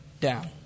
down